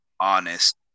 honest